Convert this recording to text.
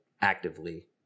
actively